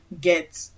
get